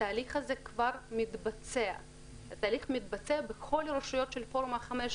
התהליך הזה כבר מתבצע בכל הרשויות של פורום ה-15.